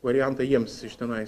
variantą jiems iš tenais